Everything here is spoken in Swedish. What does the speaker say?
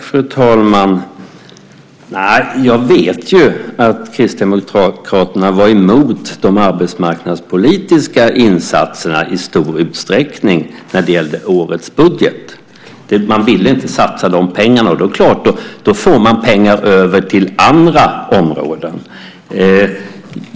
Fru talman! Jag vet ju att Kristdemokraterna i stor utsträckning var emot de arbetsmarknadspolitiska insatserna när det gällde årets budget. Man ville inte satsa de pengarna. Då är det klart att man får pengar över till andra områden.